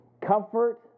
Comfort